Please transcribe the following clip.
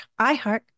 iHeart